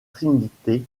trinité